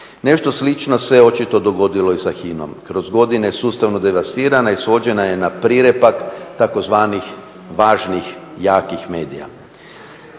Nešto slično se očito dogodilo i sa HINA-om. Kroz godine sustavno devastirana i svođena je na prirepak tzv. važnih, jakih medija.